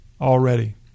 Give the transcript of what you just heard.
already